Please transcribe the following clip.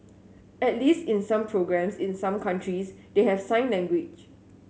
at least in some programmes in some countries they have sign language